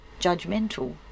judgmental